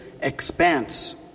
Expanse